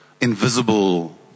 invisible